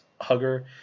hugger